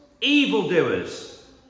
evildoers